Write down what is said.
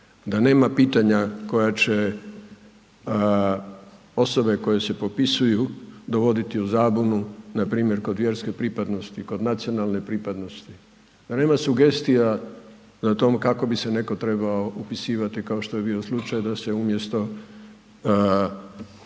da nema pitanja koja će osobe koje su popisuju, dovodi u zabunu npr. kod vjerske pripadnosti, kod nacionalne pripadnosti, da nema sugestija na tom kako bi se netko trebao upisivati kao što je bio slučaj da se umjesto